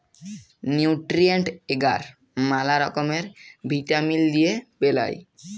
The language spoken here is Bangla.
নিউট্রিয়েন্ট এগার ম্যালা রকমের ভিটামিল দিয়ে বেলায়